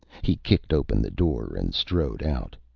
he kicked open the door and strode out.